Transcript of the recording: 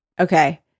Okay